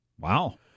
Wow